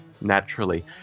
Naturally